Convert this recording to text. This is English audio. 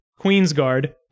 Queensguard